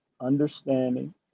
understanding